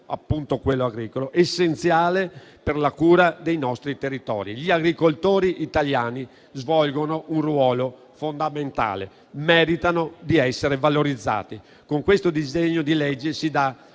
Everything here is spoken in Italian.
essenziale per la cura dei nostri territori. Gli agricoltori italiani svolgono un ruolo fondamentale e meritano di essere valorizzati. Con questo disegno di legge si dà